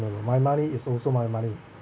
mm my money is also my money